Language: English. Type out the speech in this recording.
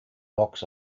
box